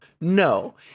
No